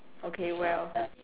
okay well